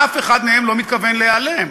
אף אחד מהם לא מתכוון להיעלם.